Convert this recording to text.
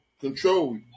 control